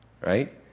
right